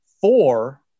four